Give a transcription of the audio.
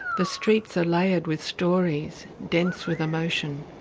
the streets are layered with stories, dense with emotion,